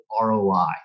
ROI